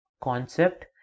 concept